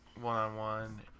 one-on-one